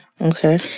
okay